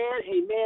Amen